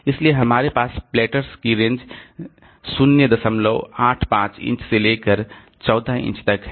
इसलिए हमारे पास प्लैटर्स की रेंज 085 इंच से लेकर 14 इंच तक है